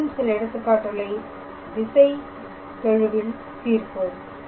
மேலும் சில எடுத்துக்காட்டுகளை திசை கெழுவில் தீர்ப்போம்